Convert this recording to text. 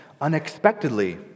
unexpectedly